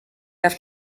have